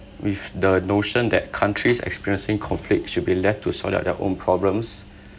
with the notion that countries experiencing conflict should be left to sort out their own problems